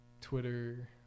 Twitter